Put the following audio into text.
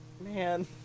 man